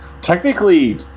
technically